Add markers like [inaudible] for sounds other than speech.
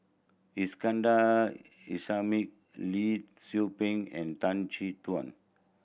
Iskandar [unintelligible] Lee Tzu Pheng and Tan Chin Tuan